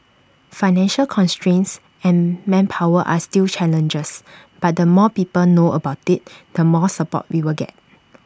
financial constraints and manpower are still challenges but the more people know about IT the more support we will get